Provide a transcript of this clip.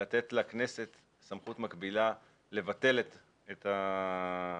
לתת לכנסת סמכות מקבילה לבטל את ההכרזה.